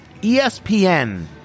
ESPN